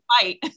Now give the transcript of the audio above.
fight